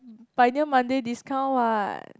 Pioneer Monday discount what